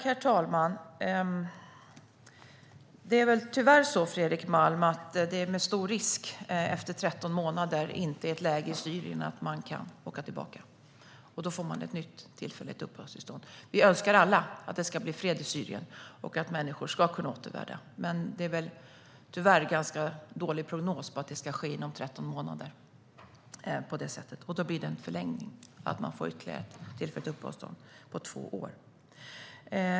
Herr talman! Det är väl tyvärr stor risk, Fredrik Malm, att det efter 13 månader inte är ett sådant läge i Syrien att man kan åka tillbaka. Då får man ett nytt tillfälligt uppehållstillstånd. Vi önskar alla att det ska bli fred i Syrien och att människor ska kunna återvända, men prognosen för att det ska ske inom 13 månader är tyvärr ganska dålig. Då blir det en förlängning - man får ytterligare ett uppehållstillstånd på två år.